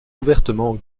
ouvertement